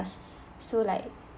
so like